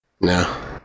no